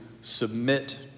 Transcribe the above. submit